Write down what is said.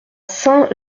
saint